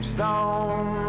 Stone